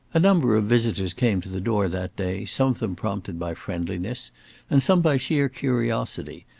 a number of visitors came to the door that day, some of them prompted by friendliness and some by sheer curiosity,